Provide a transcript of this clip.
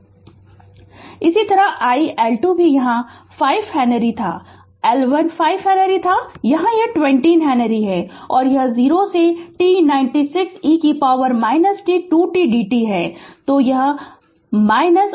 Refer Slide Time 0740 इसी तरह iL2 भी यहाँ 5 हेनरी था L1 5 हेनरी था यहाँ यह 20 हेनरी है और यह 0 से t 96 e t 2 t dt है तो iL2 0 तो यहाँ भी चिन्ह है